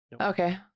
Okay